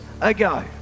ago